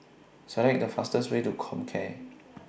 Select The fastest Way to Comcare